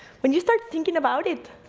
when you start thinking about it,